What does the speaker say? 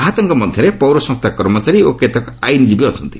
ଆହତଙ୍କ ମଧ୍ୟରେ ପୌର ସଂସ୍ଥା କର୍ମଚାରୀ ଓ କେତେକ ଆଇନଜୀବୀ ଅଛନ୍ତି